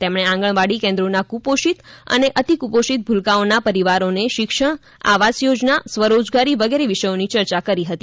તેમણે આંગણવાડી કેન્દ્રોના કુપોષિત અને અતિકુપોષિત ભૂલકાઓના પરિવારોને શિક્ષણ આવાસ યોજના સ્વરોજગારી વગેરે વિષયોની ચર્ચા કરી હતી